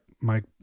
Mike